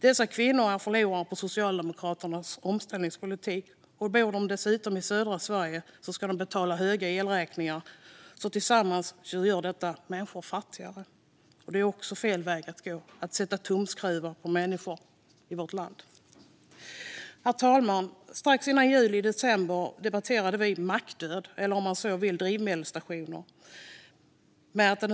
Dessa kvinnor är förlorarna på Socialdemokraternas omställningspolitik. Bor de dessutom i södra Sverige ska de betala höga elräkningar. Sammantaget gör detta människor fattigare. Det är fel väg att gå att sätta tumskruvar på människor i vårt land. Herr talman! I december, strax före jul, debatterade vi mackdöd, eller drivmedelsstationer om man så vill.